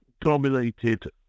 dominated